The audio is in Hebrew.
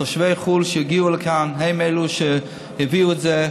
תושבי חו"ל שהגיעו לכאן הם אלה שהביאו את זה.